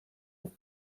ist